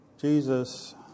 Jesus